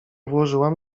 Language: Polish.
włożyłam